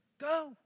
go